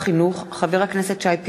החינוך, חבר הכנסת שי פירון,